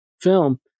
film